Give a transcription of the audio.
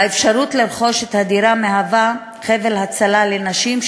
האפשרות לרכוש את הדירה מהווה חבל הצלה לנשים,